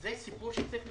וזה סיפור שצריך להסתיים.